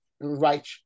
right